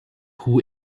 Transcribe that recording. who